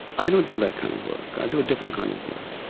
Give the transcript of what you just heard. i don't do that kind of work i do a different kind of work.